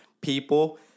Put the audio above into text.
people